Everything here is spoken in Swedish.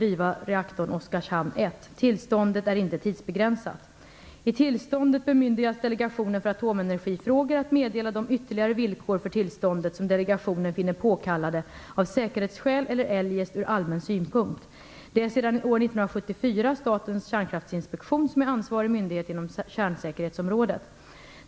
I tillståndet bemyndigas delegationen för atomenergifrågor att meddela de ytterligare villkor för tillståndet som delegationen finner påkallade av säkerhetsskäl eller eljest ur allmän synpunkt. Det är sedan år 1974 Statens kärnkraftsinspektion, SKI, som är ansvarig myndighet inom kärnsäkerhetsområdet.